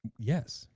yes.